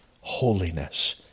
holiness